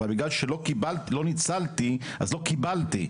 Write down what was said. אבל בגלל שלא ניצלתי אז לא קיבלתי,